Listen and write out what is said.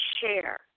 share